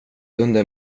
under